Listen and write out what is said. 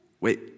wait